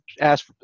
ask